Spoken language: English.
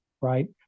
right